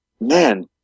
Man